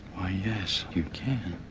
why, yes, you can.